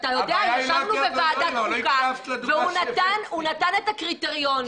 ישבנו בוועדת חוקה והוא נתן את הקריטריונים.